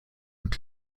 mit